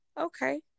Okay